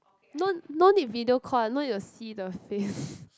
no no need video call I no need to see the face